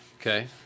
Okay